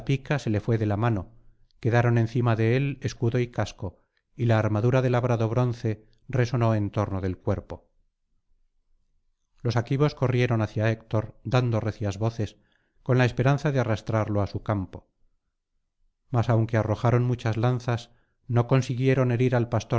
se le fué de la mano quedaron encima de él escudo y casco y la armadura de labrado bronce resonó en torno del cuerpo los aquivos corrieron hacia héctor dando recias voces con la esperanza de arrastrarlo á su campo mas aunque arrojaron muchas lanzas no consiguieron herir al